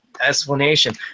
explanation